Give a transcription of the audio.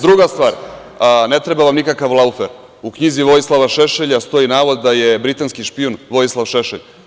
Druga stvar, ne treba vam nikakav Laufer, u knjizi Vojsilava Šešelja stoji navod da je britanski špijun Vojislav Šešelj.